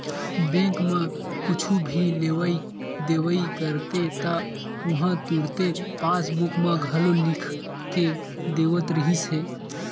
bank म कुछु भी लेवइ देवइ करते त उहां तुरते पासबूक म घलो लिख के देवत रिहिस हे